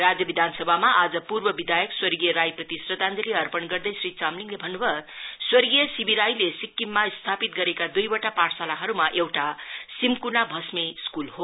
राज्य विधानसभामा आज पूर्व विधायक स्वर्गीय राईप्रति श्रद्धाञ्जलि अर्पण गर्दै श्री चामलिङले भन्नु भयो स्वर्गीय सि बि राईले सिक्किममा स्थापित गरेको दुईवटा पाठशालाहरुमा एउटा सिम्कुना भष्मे स्कूल हो